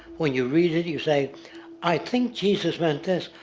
when you read it, you say i think jesus meant this.